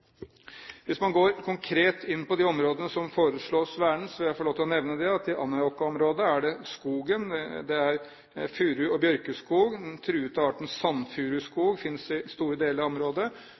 Hvis man går konkret inn på de områdene som foreslås vernet, vil jeg få lov til å nevne at i Anárjohka-området er det skogen. Det er furu- og bjørkeskog. Den truede arten sandfuruskog finnes i store deler av området,